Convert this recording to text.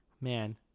Man